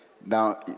now